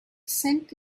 cent